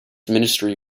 ministry